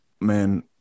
man